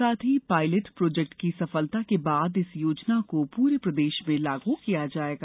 साथ ही pilot project की सफलता के बाद इस योजना को पूरे प्रदेश में लागू किया जायेगा